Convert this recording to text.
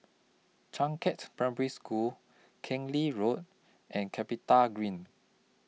Changkat's Primary School Keng Lee Road and Capitagreen